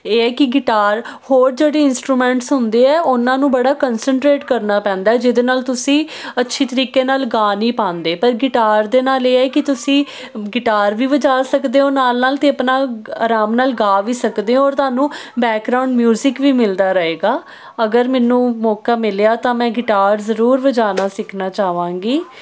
ਇਹ ਹੈ ਕਿ ਗਿਟਾਰ ਹੋਰ ਜਿਹੜੇ ਇੰਸਟਰੂਮੈਂਟਸ ਹੁੰਦੇ ਆ ਉਹਨਾਂ ਨੂੰ ਬੜਾ ਕੋੰਸਿੰਟ੍ਰੇਟ ਕਰਨਾ ਪੈਂਦਾ ਜਿਹਦੇ ਨਾਲ ਤੁਸੀਂ ਅੱਛੀ ਤਰੀਕੇ ਨਾਲ ਗਾ ਨਹੀਂ ਪਾਉਂਦੇ ਪਰ ਗਿਟਾਰ ਦੇ ਨਾਲ ਇਹ ਕਿ ਤੁਸੀਂ ਗਿਟਾਰ ਵੀ ਵਜਾ ਸਕਦੇ ਹੋ ਨਾਲ ਨਾਲ ਤੇ ਆਪਣਾ ਆਰਾਮ ਨਾਲ ਗਾ ਵੀ ਸਕਦੇ ਹੋ ਤੁਹਾਨੂੰ ਬੈਕਗਰਾਊਂਡ ਮਿਊਜਿਕ ਵੀ ਮਿਲਦਾ ਰਹੇਗਾ ਅਗਰ ਮੈਨੂੰ ਮੌਕਾ ਮਿਲਿਆ ਤਾਂ ਮੈਂ ਗਿਟਾਰ ਜਰੂਰ ਵਜਾਣਾ ਸਿੱਖਣਾ ਚਾਵਾਂਗੀ